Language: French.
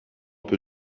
peu